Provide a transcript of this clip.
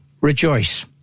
Rejoice